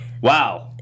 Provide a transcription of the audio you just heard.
Wow